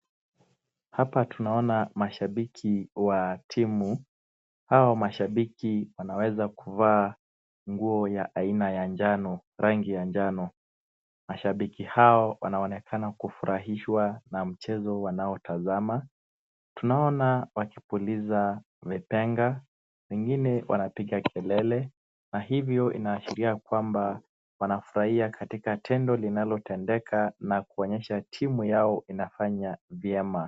Hapa tunaona mashabiki wa timu hao mashabiki wanaweza kuvaa nguo ya aina ya njano rangi ya njano. Mashabiki hao wanaonekana kufurahishwa na mchezo wanaotazama. Tunaona wakipuliza vipenga wengine wanapiga kelele na hivyo inaashiria ya kwamba wanafurahia katika tendo linalotendeka na kuonyesha timu yao inafanya vyema.